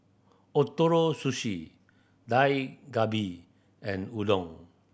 Ootoro Sushi Dak Galbi and Udon